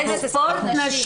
זה בספורט נשי.